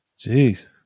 Jeez